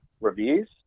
reviews